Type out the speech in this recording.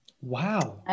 Wow